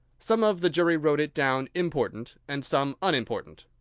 some of the jury wrote it down important, and some unimportant.